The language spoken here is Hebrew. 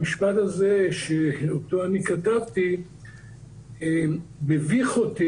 המשפט הזה שאותו אני כתבתי מביך אותי